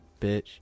bitch